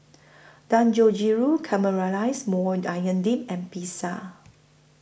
Dangojiru Caramelized Maui Onion Dip and Pizza